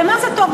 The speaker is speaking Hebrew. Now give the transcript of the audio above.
למה זה טוב,